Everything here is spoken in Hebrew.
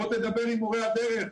בוא דבר עם מורי הדרך,